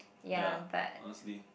ya honestly